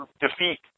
defeat